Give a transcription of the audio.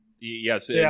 Yes